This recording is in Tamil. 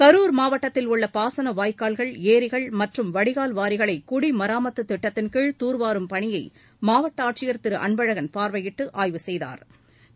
கரூர் மாவட்டத்தில் உள்ள பாசன வாய்க்கால்கள் ஏரிகள் மற்றும் வடிக்கால் வாரிகளை குடிமராமத்து திட்டத்தின்கீழ் தூா்வாரும் பணியை மாவட்ட ஆட்சியர் திரு அன்பழகன் பாா்வையிட்டு ஆய்வு செய்தாா்